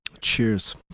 Cheers